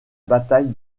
bataille